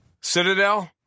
citadel